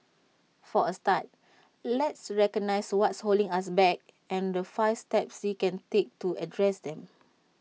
for A start let's recognise what's holding us back and the five steps we can take to address them